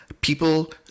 people